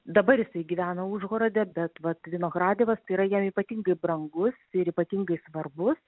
dabar jisai gyveno užhorode bet vat vinohradivas tai yra jam ypatingai brangus ir ypatingai svarbus